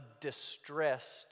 distressed